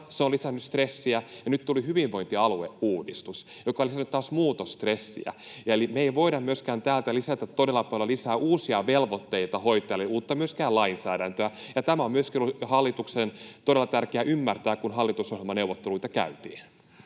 se on lisännyt stressiä, ja nyt tuli hyvinvointialueuudistus, joka on lisännyt taas muutosstressiä. Eli me ei voida myöskään täältä lisätä todella paljon uusia velvoitteita hoitajille, myöskään uutta lainsäädäntöä, ja tämä on myöskin ollut hallitukselle todella tärkeää ymmärtää, kun hallitusohjelmaneuvotteluita käytiin.